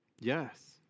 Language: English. yes